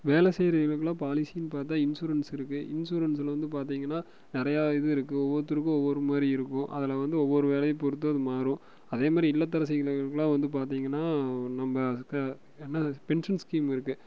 வேலை செய்யற இவங்களுக்குலாம் பாலிசின்னு பார்த்தா இன்சூரன்ஸ் இருக்கு இன்சூரன்ஸில் வந்து பார்த்திங்கனா நிறையா இது இருக்கு ஒவ்வொருத்தருக்கும் ஒவ்வொரு மாதிரி இருக்கும் அதில் வந்து ஒவ்வொரு வேலையை பொறுத்து அது மாறும் அதேமாரி இல்லத்தரசிங்களுக்குலாம் வந்து பார்த்திங்கனா நம்ம க என்னது பென்ஷன் ஸ்கீம் இருக்கு